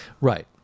Right